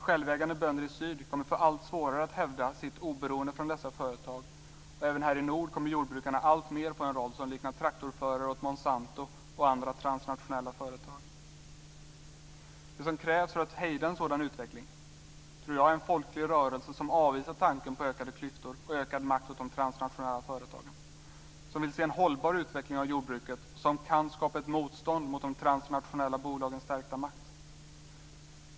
Självägande bönder i syd kommer att få allt svårare att hävda sitt oberoende från dessa företag. Även här i nord kommer jordbrukarna att alltmer få en roll som liknar traktorförare åt Monsanto och andra transnationella företag. Det som krävs för att hejda en sådan utveckling är en folklig rörelse som avvisar tanken på ökade klyftor och ökad makt åt de transnationella företagen, som vill se en hållbar utveckling av jordbruket och som kan skapa ett motstånd mot de transnationella bolagens stärkta makt.